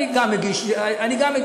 אני גם מגיש רוויזיה,